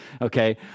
okay